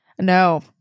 No